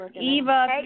Eva